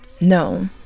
No